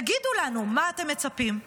תגידו לנו מה אתם מצפים,